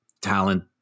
talent